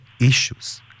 issues